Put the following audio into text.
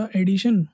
edition